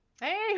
Hey